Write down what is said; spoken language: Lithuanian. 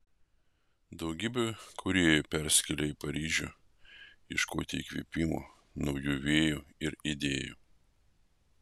daugybė kūrėjų persikėlė į paryžių ieškoti įkvėpimo naujų vėjų ir idėjų